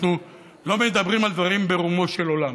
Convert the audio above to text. אנחנו לא מדברים על דברים ברומו של עולם,